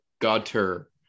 gutter